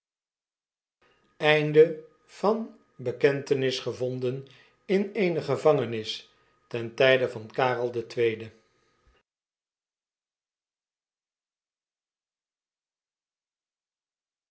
gevonden in eene gevangenis ten tijde van